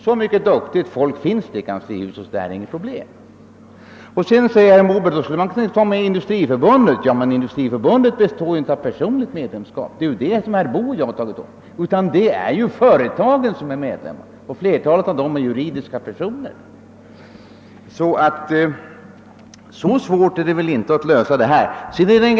Så mycket duktigt folk finns det i kanslihuset att detta inte är något problem. Nu invänder statsrådet Moberg att då skulle man kunna få med också Industriförbundet. Men det grundar sig ju inte på personligt medlemskap — som är vad herr Boo och jag har avsett — utan där är det företagen som är medlemmar, och flertalet av dem är juridiska personer. Så svårt är det alltså inte att klara den frågan.